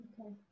Okay